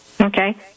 Okay